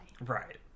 Right